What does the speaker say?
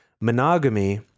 monogamy